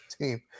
team